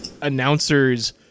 announcers